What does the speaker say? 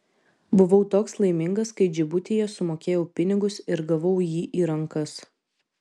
buvau toks laimingas kai džibutyje sumokėjau pinigus ir gavau jį į rankas